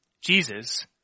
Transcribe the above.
Jesus